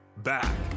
Back